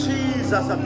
Jesus